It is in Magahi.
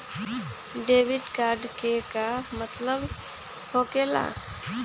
डेबिट कार्ड के का मतलब होकेला?